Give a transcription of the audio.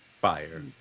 Fire